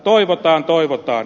toivotaan toivotaan